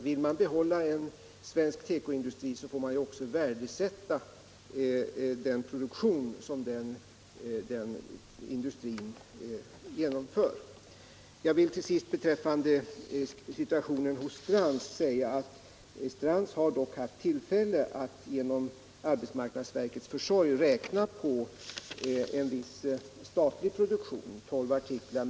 Vill man behålla en svensk tekoindustri får man också värdesätta de produkter den industrin tillverkar. Jag vill till sist beträffande situationen hos Strands säga: Strands har dock haft tillfälle att genom arbetsmarknadsverkets försorg räkna på en viss statlig produktion — tolv artiklar.